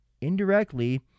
indirectly